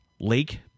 Lake